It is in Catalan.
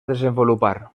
desenvolupar